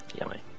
yummy